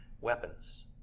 weapons